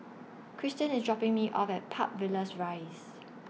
Christen IS dropping Me off At Park Villas Rise